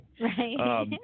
Right